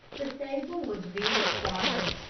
the stable was very quiet.